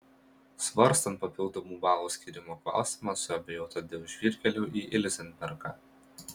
svarstant papildomų balų skyrimo klausimą suabejota dėl žvyrkelio į ilzenbergą